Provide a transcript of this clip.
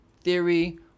theory